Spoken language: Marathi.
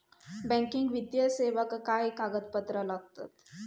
बँकिंग वित्तीय सेवाक काय कागदपत्र लागतत?